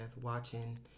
watching